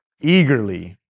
eagerly